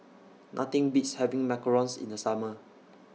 Nothing Beats having Macarons in The Summer